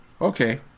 okay